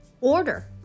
order